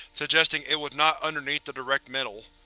suggesting it was not underneath the direct middle.